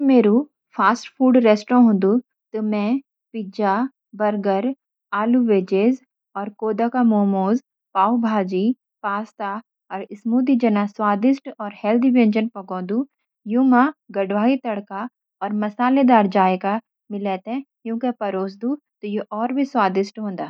अगर मेरो fast food restaurant ह्वेदु त म पिज़्ज़ा, बर्गर, आलू वेजेज, कूदा का मोमो, पावभाजी, पास्ता अर स्मूदी जन स्वादिष्ट और हेल्दी व्यंजन पकुंदू। इनम गढ़वाली तड़का अर मसालेदार सजायका मिले के परोसदु त यू और भी स्वादिष्ट हों दा ।